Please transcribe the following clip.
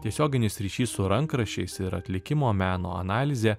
tiesioginis ryšys su rankraščiais ir atlikimo meno analizė